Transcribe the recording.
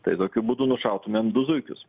tai kokiu būdu nušautumėm du zuikius